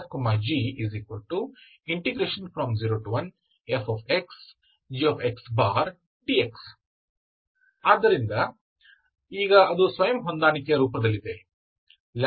fg≔01fgdx ಆದ್ದರಿಂದ ಈಗ ಅದು ಸ್ವಯಂ ಹೊಂದಾಣಿಕೆಯ ರೂಪದಲ್ಲಿದೆ